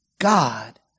God